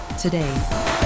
today